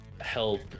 help